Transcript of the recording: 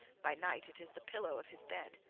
by night it is the pillow of his bed.